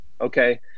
okay